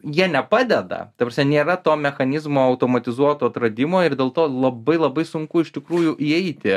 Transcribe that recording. jie nepadeda ta prasme nėra to mechanizmo automatizuoto atradimo ir dėl to labai labai sunku iš tikrųjų įeiti